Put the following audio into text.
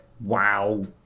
wow